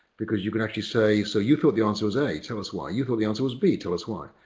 because you can actually say so you thought the answer was a. tell us why. you though the answer was b. tell us why.